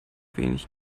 wenig